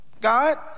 God